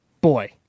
boy